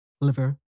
liver